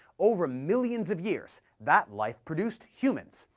over millions of years, that life produced humans,